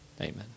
Amen